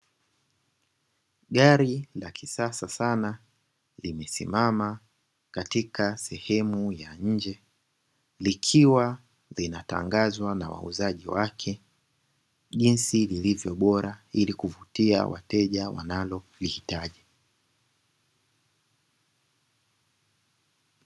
Gari la kisasa sana limesimama katika sehemu ya nje, likiwa linatangazwa na wauzaji wake jinsi lilivyo bora ili kuvutia wateja wanalo lihitaji.